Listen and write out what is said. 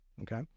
okay